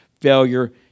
failure